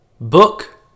book